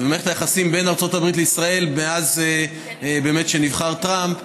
ומערכת היחסים בין ארצות הברית לישראל מאז נבחר טראמפ,